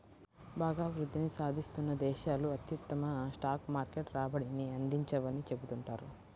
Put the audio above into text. బాగా వృద్ధిని సాధిస్తున్న దేశాలు అత్యుత్తమ స్టాక్ మార్కెట్ రాబడిని అందించవని చెబుతుంటారు